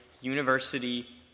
university